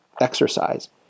exercise